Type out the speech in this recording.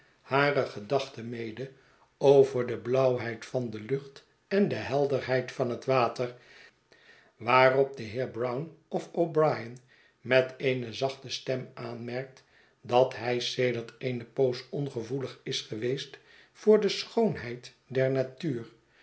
hare gedachten mede over tie blauwheid van de lucht en de helderheid van het water waarop de heer brown of o'brien met eene zachte stem aanmerkt dat hij sedert eene poos ongevoelig is geweest voor de schoonheid der natuur